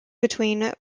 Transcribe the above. between